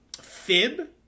fib